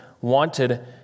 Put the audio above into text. wanted